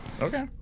Okay